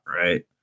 right